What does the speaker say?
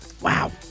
Wow